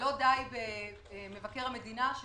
ולא די במבקר המדינה,